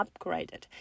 upgraded